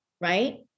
right